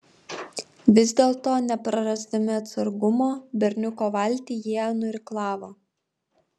vis dėlto neprarasdami atsargumo berniuko valtį jie nuirklavo